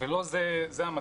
לא זה המצב.